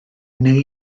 neu